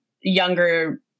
younger